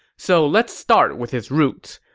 so let's start with his roots.